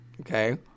okay